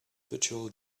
virtual